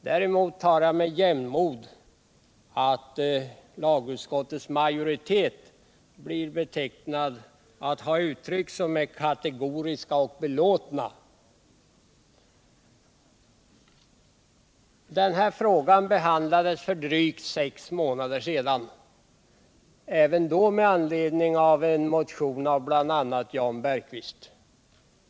Däremot tar jag med jämnmod att lagutskottets majoritet blir betecknad som ”kategorisk” och ”belåten”. Denna fråga behandlades för drygt sex månader sedan, även då med anledning av en motion av bl.a. Jan Bergqvist.